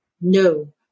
no